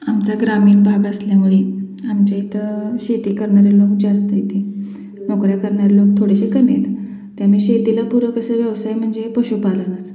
आमचा ग्रामीण भाग असल्यामुळे आमच्या इथं शेती करणारे लोक जास्त इथे नोकऱ्या करणारे लोक थोडेसे कमी आहेत त्यामुळे शेतीला पूरक असा व्यवसाय म्हणजे पशुपालनच